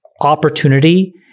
opportunity